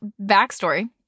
backstory